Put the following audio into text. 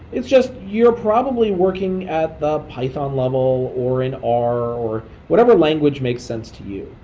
it's just you're probably working at the python level or an r or whatever language makes sense to you.